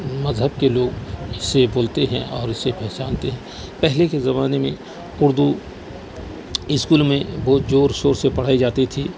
مذہب کے لوگ اسے بولتے ہیں اور اسے پہچانتے ہیں پہلے کے زمانے میں اردو اسکول میں بہت زور و شور سے پڑھائی جاتی تھی